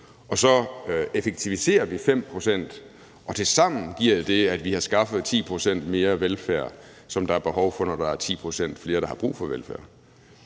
og så effektiviserer vi 5 pct., og tilsammen giver det, at vi har skaffet 10 pct. mere velfærd, som der er behov for, når der er 10 pct. flere, der har brug for velfærd.